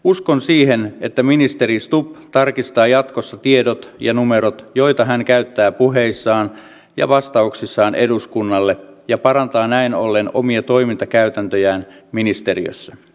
uskon siihen että ministeri stubb tarkistaa jatkossa tiedot ja numerot joita hän käyttää puheissaan ja vastauksissaan eduskunnalle ja parantaa näin ollen omia toimintakäytäntöjään ministeriössä